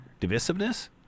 divisiveness